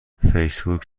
فیسبوک